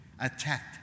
attacked